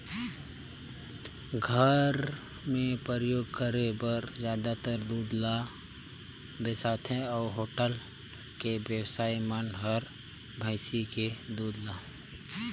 घर मे परियोग करे बर जादातर दूद ल बेसाथे अउ होटल के बेवसाइ मन हर भइसी के दूद ल